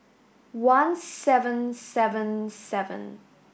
one seven seven seven